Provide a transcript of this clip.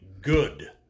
good